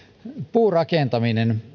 puurakentaminen